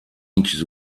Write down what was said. inches